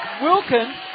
Wilkins